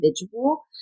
individual